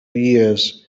years